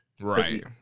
Right